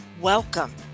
Welcome